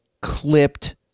clipped